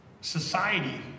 society